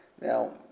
Now